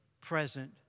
present